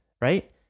right